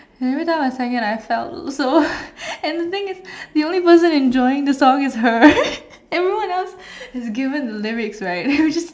and everytime I sang it I felt so and the thing is the only person enjoying the song is her everyone else has given the lyrics like and we just